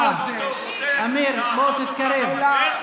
היושב-ראש, בגלל זה, ווליד, אתם מקבלים את כל, איך